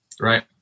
Right